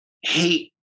hate